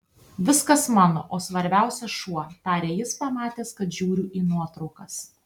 viskas mano o svarbiausia šuo tarė jis pamatęs kad žiūriu į nuotraukas